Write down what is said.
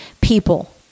people